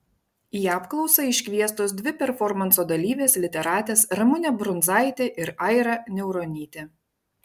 į apklausą iškviestos dvi performanso dalyvės literatės ramunė brunzaitė ir aira niauronytė